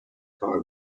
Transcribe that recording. کار